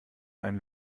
einen